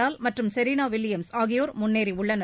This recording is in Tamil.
நடால் மற்றும் ஷெரினா வில்லியம்ஸ் ஆகியோர் முன்னேறியுள்ளனர்